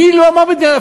מי לא אמר את זה?